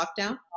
lockdown